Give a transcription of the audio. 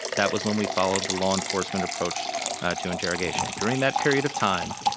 that was when we followed the law enforcement approach to interrogation. during that period of time,